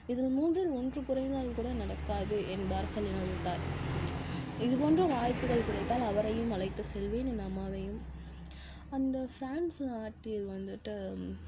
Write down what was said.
இதில் மூன்றில் ஒன்று குறைந்தால் கூட நடக்காது என்பார்கள் நம் தா இது போன்ற வாய்ப்புகள் கிடைத்தால் அவரையும் அழைத்து செல்வேன் என் அம்மாவையும் அந்த ஃப்ரான்ஸ் நாட்டில் வந்துட்டு